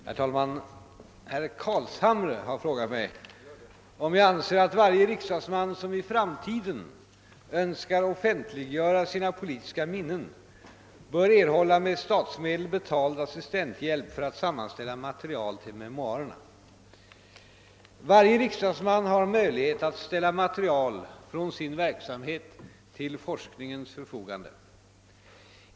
Herr talman! Herr Carlshamre har frågat mig om jag anser att varje riksdagsman, som i framtiden önskar offentliggöra sina politiska minnen, bör erhålla med statsmedel betald assistenthjälp för att sammanställa material till memoarerna. Varje riksdagsman har möjlighet att ställa material från sin verksamhet till forskningens förfogande.